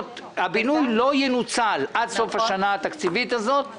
דיברנו לא פעם אחת על